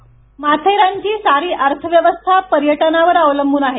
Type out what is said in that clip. इट्रो माथेरानची सारी अर्थव्यवस्था पर्यटनावर अवलंबून आहे